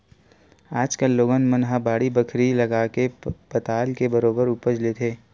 आज कल लोगन मन ह बाड़ी बखरी लगाके पताल के बरोबर उपज लेथे